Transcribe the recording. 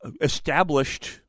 established